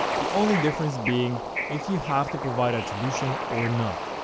the only difference being if you have to provide attribution or not.